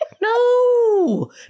no